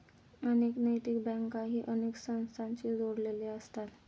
अनेक नैतिक बँकाही अनेक संस्थांशी जोडलेले असतात